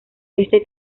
este